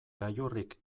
gailurrik